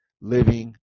living